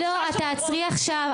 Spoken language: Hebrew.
להלן תרגומם: את תעצרי עכשיו.